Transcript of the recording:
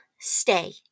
stay